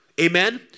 amen